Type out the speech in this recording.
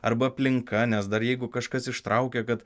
arba aplinka nes dar jeigu kažkas ištraukė kad